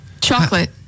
Chocolate